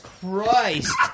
Christ